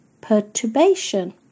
perturbation